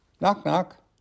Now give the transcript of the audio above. Knock-knock